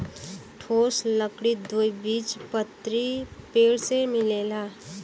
ठोस लकड़ी द्विबीजपत्री पेड़ से मिलेला